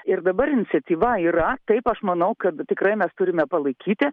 ir dabar iniciatyva yra taip aš manau kad tikrai mes turime palaikyti